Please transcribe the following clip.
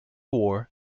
war